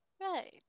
right